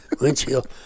Windshield